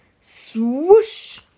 Swoosh